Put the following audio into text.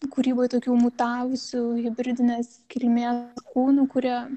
kūryboj tokių mutavusių hibridinės kilmės kūnų kurie